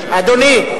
אדוני,